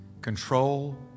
control